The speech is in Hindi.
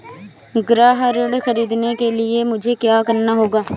गृह ऋण ख़रीदने के लिए मुझे क्या करना होगा?